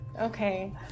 Okay